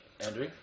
Andrew